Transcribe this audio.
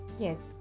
Yes